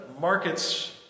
markets